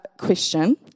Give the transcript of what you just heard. question